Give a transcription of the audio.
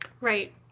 Right